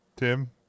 Tim